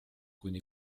kuni